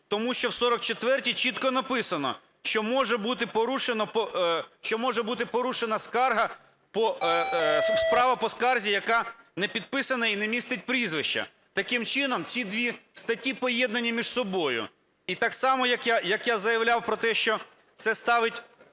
тому що в 44-й чітко написано, що може бути порушена скарга, справа по скарзі, яка не підписана і не містить прізвища. Таким чином, ці 2 статті поєднані між собою. І так само, як я заявляв про те, що це ставить